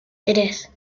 tres